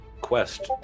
Quest